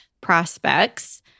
prospects